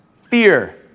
Fear